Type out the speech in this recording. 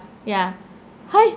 yeah !huh!